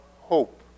hope